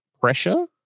pressure